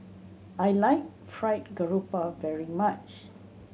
I like Fried Garoupa very much